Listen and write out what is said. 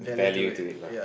value to it lah